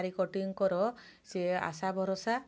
କୋଟିଙ୍କର ସିଏ ଆଶା ଭରସା